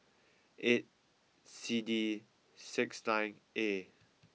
eight C D six nine A